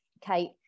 Kate